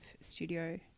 Studio